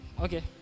Okay